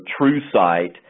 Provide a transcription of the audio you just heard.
TrueSight